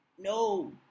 No